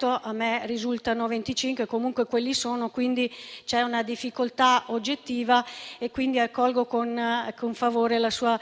a me ne risultano 25, comunque quelli sono. C'è quindi una difficoltà oggettiva, per cui accolgo con favore la sua